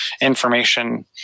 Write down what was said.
information